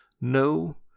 No